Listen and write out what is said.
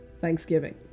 Thanksgiving